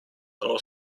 are